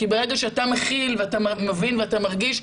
ברגע שאתה מכיל ואתה מבין ואתה מרגיש,